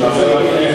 בראשות ציפי לבני,